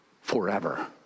forever